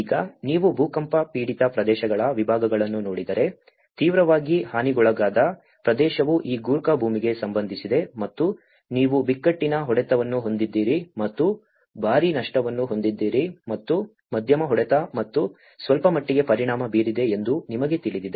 ಈಗ ನೀವು ಭೂಕಂಪ ಪೀಡಿತ ಪ್ರದೇಶಗಳ ವಿಭಾಗಗಳನ್ನು ನೋಡಿದರೆ ತೀವ್ರವಾಗಿ ಹಾನಿಗೊಳಗಾದ ಪ್ರದೇಶವು ಈ ಗೂರ್ಖಾ ಭೂಮಿಗೆ ಸಂಬಂಧಿಸಿದೆ ಮತ್ತು ನೀವು ಬಿಕ್ಕಟ್ಟಿನ ಹೊಡೆತವನ್ನು ಹೊಂದಿದ್ದೀರಿ ಮತ್ತು ಭಾರೀ ನಷ್ಟವನ್ನು ಹೊಂದಿದ್ದೀರಿ ಮತ್ತು ಮಧ್ಯಮ ಹೊಡೆತ ಮತ್ತು ಸ್ವಲ್ಪಮಟ್ಟಿಗೆ ಪರಿಣಾಮ ಬೀರಿದೆ ಎಂದು ನಿಮಗೆ ತಿಳಿದಿದೆ